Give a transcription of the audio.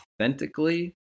authentically